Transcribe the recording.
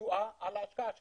תשואה על ההשקעה שלהם.